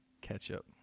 Ketchup